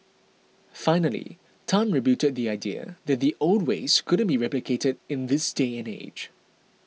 finally Tan rebutted the idea that the old ways couldn't be replicated in this day and age